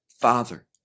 father